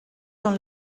són